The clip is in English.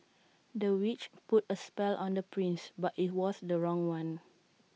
the witch put A spell on the prince but IT was the wrong one